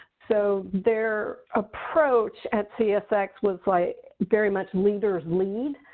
so their approach at csx was like very much leaders, lead.